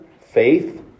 Faith